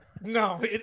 No